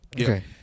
Okay